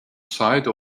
side